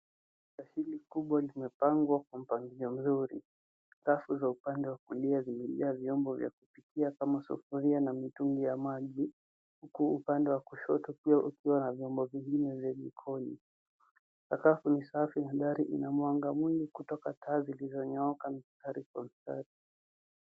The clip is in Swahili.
Hili kubwa limepangwa kwa mpangilio mzuri safu za upande wa kulia zimejaa vyombo vya kupikia kama sufuria na mitungi ya maji huku upande wa kushoto pia ukiwa na viombo vingine vya jikoni sakafu ni safi mandhari ina mwanga mwingi kutoka taa zilizonyooka mstari kwa mstari.